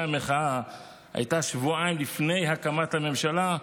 המחאה הייתה שבועיים לפני הקמת הממשלה,